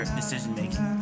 decision-making